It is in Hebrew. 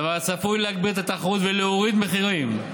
דבר הצפוי להגביר את התחרות ולהוריד מחירים.